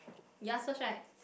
you ask first right